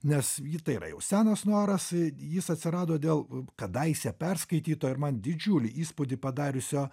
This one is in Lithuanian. nes tai yra jau senas noras jis atsirado dėl kadaise perskaityto ir man didžiulį įspūdį padariusio